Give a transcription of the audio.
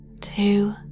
Two